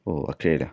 ഓഹ് അക്ഷയയിലാണോ